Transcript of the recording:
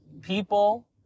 people